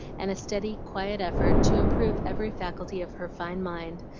and a steady, quiet effort to improve every faculty of her fine mind,